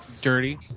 dirty